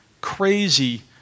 crazy